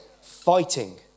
fighting